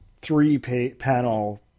three-panel